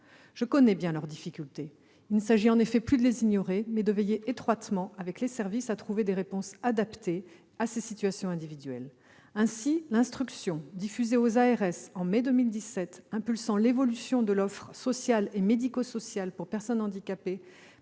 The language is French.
Je connais les difficultés des familles. Il s'agit de ne plus les ignorer et de veiller étroitement, avec les services, à trouver des réponses adaptées à ces situations individuelles. Ainsi, l'instruction diffusée aux ARS en mai 2017 impulsant l'évolution de l'offre sociale et médico-sociale pour personnes handicapées